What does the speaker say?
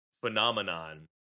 phenomenon